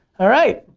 alright.